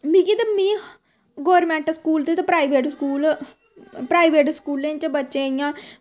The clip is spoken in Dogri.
मिगी ते में गौरमैंट स्कूल दी ते प्राईवेट स्कूल प्राईवेट स्कूलें च बच्चें गी इ'यां